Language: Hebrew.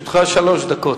לרשותך שלוש דקות.